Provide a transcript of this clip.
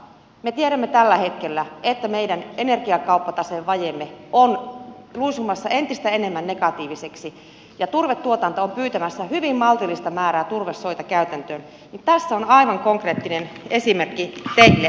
me tiedämme tällä hetkellä että meidän energiakauppataseen vajeemme on luisumassa entistä enemmän negatiiviseksi ja kun turvetuotanto on pyytämässä hyvin maltillista määrää turvesoita käytäntöön niin tässä on aivan konkreettinen esimerkki teille